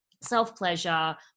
self-pleasure